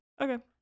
Okay